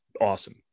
awesome